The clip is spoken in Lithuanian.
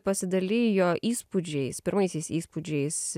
pasidalijo įspūdžiais pirmaisiais įspūdžiais